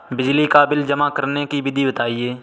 बिजली का बिल जमा करने की विधि बताइए?